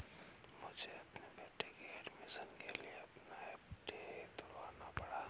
मुझे अपने बेटे के एडमिशन के लिए अपना एफ.डी तुड़वाना पड़ा